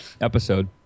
episode